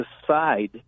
decide